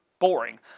Boring